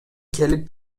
келип